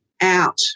out